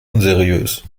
unseriös